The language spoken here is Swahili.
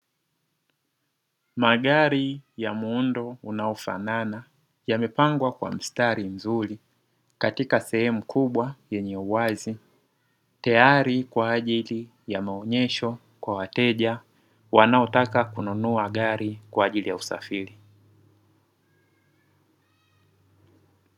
Magari ya muundo unaofanana yamepangwa kwa mstari mzuri katika sehemu kubwa yenye uwazi, tayari kwa ajili ya maonyesho kwa wateja wanaotaka kununua gari kwa ajili ya usafiri.